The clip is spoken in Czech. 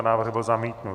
Návrh byl zamítnut.